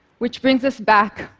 which brings us back,